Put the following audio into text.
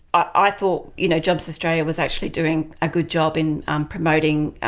i thought you know jobs australia was actually doing a good job in um promoting,